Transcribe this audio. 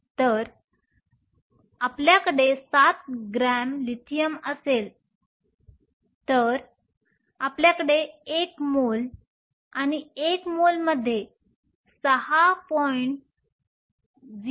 तर जर आपल्याकडे 7 ग्रॅम लिथियम असेल तर आपल्याकडे 1 मोल आणि 1 मोलमध्ये 6